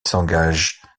s’engage